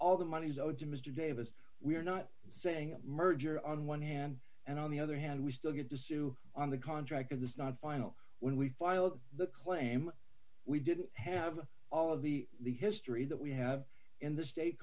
all the monies owed to mr davis we're not saying merger on one hand and on the other hand we still had to sue on the contract of this not final when we filed the claim we didn't have all of the the history that we have in the state